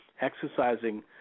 exercising